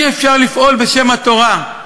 אי-אפשר לפעול בשם התורה,